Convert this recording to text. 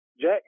Jack